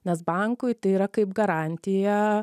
nes bankui tai yra kaip garantija